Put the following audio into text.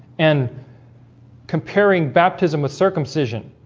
and comparing baptism with circumcision